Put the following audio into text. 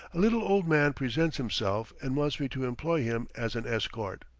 a little old man presents himself, and wants me to employ him as an escort.